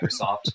Microsoft